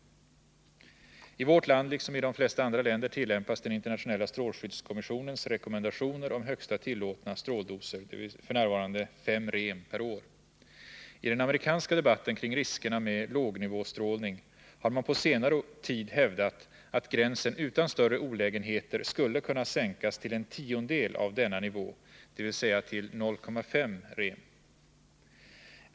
I vårt land, liksom i de flesta andra länder, tillämpas den internationella strålskyddskommissionens rekommendationer om högsta tillåtna stråldoser, f.n. 5 rem/år. I den amerikanska debatten om riskerna med lågnivåstrålning har man på senare tid hävdat att gränsen utan större olägenheter skulle kunna sänkas till en tiondel av denna nivå, dvs. till 0,5 rem.